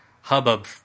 hubbub